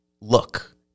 look